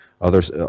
Others